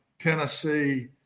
Tennessee